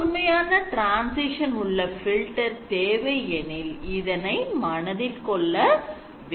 கூர்மையான transition உள்ள filter தேவை எனில் இதனை மனதில் கொள்ள வேண்டும்